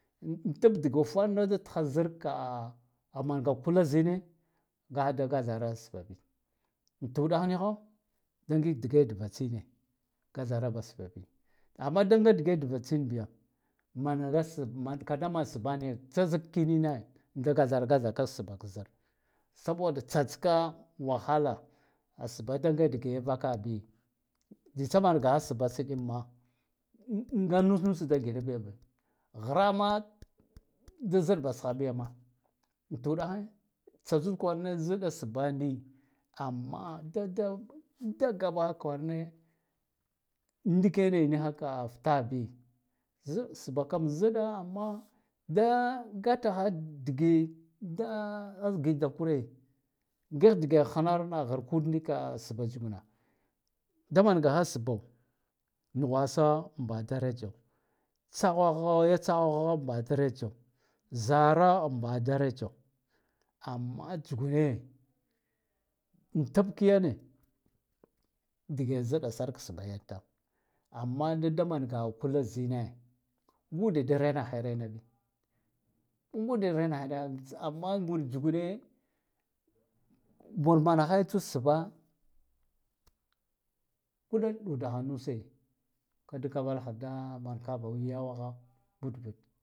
Tab dugwasarno da tha zar ka manga kula zine ngada gathara sbba bi ta wdah niha da ngig dige dava tsi ne kathara ba sbba bi amma da nge dva tsin biya man rass kada man sbaa niya tsa zak kine da kathara kathaka sbba ka zar sabo da tsatska wahala a sbba da nga dige vaka bi tsitsa mangaha sbba ma nga nus nuse da gida biyo hrama da zaɗ bahha bima to wɗahe tsa tsud kwarane za ɗɗa sbba ni amma dada da gaba kwarame ndikene niha ka fta bi zdda sbba kam zdda amma da gataha dige da giɗda kure nga dige hnarna harkud ndika sbba bi ma da mangaha sbba nuhwasa baha darajo tsahwa ha baha daraja zara baha darajo amma jigune an tab kayane dige zda sar sbba yan tama amma da manga ha kula zine ngde da renaha renabi ngu de renahabi amma ngud tsugude but manahai yud sbba kude ɗuda ha nuse kadagkavalaha da ɓaka sva yawaha butbute.